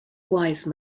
wise